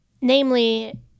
Namely